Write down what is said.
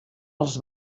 els